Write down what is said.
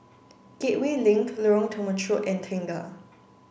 Gateway Link Lorong Temechut and Tengah